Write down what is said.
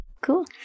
Cool